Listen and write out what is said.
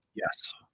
Yes